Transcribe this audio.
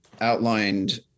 outlined